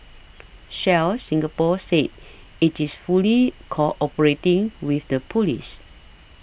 shell Singapore said it is fully cooperating with the police